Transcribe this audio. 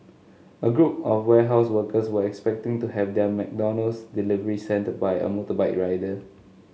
a group of warehouse workers were expecting to have their McDonald's delivery send by a motorbike rider